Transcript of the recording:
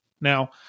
Now